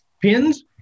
pins